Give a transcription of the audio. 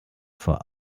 vor